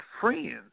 friends